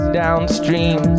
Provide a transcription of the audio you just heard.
downstream